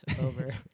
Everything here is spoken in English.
over